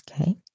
Okay